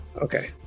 Okay